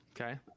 Okay